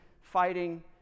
fighting